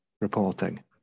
reporting